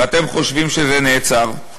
ואתם חושבים שזה נעצר.